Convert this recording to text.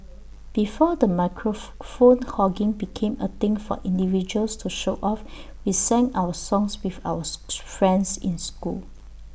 before the microphone phone hogging became A thing for individuals to show off we sang our songs with ours friends in school